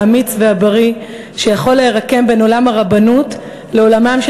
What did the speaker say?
האמיץ והבריא שיכול להירקם בין עולם הרבנות לעולמם של